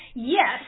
Yes